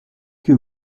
que